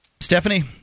Stephanie